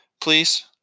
please